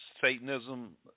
Satanism